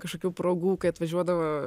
kažkokių progų kai atvažiuodavo